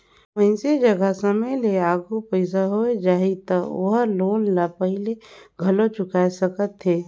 मइनसे जघा समे ले आघु पइसा होय जाही त ओहर लोन ल पहिले घलो चुकाय सकथे